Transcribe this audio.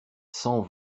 cent